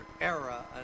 era